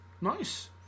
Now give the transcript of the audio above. Nice